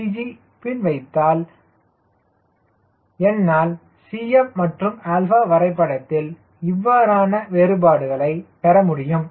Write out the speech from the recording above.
c யை CG வைத்தால் என்னால் CM மற்றும் 𝛼 வரைபடத்தில் இவ்வாறான வேறுபாடுகளை பெறமுடியும்